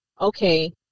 okay